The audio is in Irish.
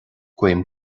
guím